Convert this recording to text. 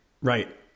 Right